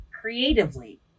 creatively